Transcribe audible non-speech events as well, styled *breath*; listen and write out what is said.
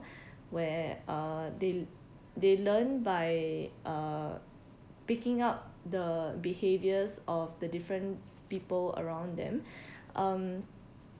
*breath* where uh they l~ they learn by uh picking up the behaviors of the different people around them *breath* um